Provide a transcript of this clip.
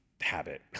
habit